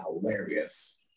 hilarious